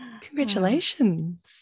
Congratulations